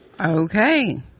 Okay